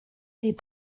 les